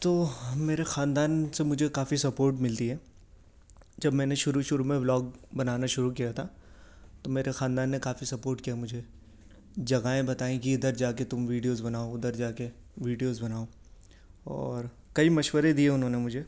تو میرے خاندان سے مجھے کافی سپورٹ ملتی ہے جب میں نے شروع شروع میں بلاگ بنانا شروع کیا تھا تو میرے خاندان نے کافی سپورٹ کیا مجھے جگہیں بتائیں کہ ادھر جا کے تم ویڈیوز بناؤ ادھر جا کے ویڈیوز بناؤ اور کئی مشورے دیے انہوں نے مجھے